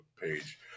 page